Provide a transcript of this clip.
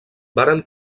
varen